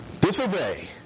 disobey